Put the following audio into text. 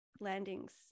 landings